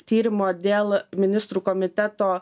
tyrimo dėl ministrų komiteto